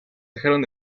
dejaron